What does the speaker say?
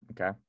okay